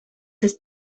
ist